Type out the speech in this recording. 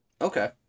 okay